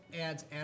Ads